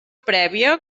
prèvia